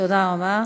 תודה רבה.